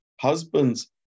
Husbands